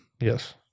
Yes